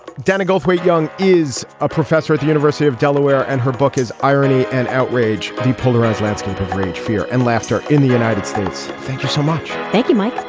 dunnicliff we're young is a professor at the university of delaware and her book is irony and outrage depolarize landscape of rage, fear and laughter in the united states. thank you so much. thank you, mike